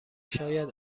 شاید